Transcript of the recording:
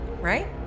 right